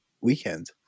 weekend